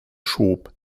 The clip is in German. schob